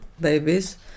babies